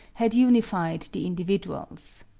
had unified the individuals.